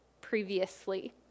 previously